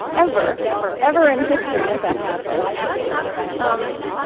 ever never ever in history has that happened um